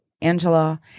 Angela